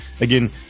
Again